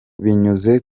binyuze